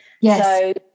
Yes